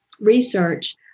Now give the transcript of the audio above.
research